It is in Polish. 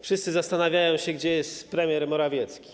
Wszyscy zastanawiają się, gdzie jest premier Morawiecki.